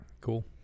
Cool